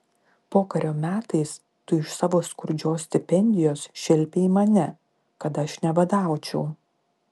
pokario metais tu iš savo skurdžios stipendijos šelpei mane kad aš nebadaučiau